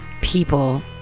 people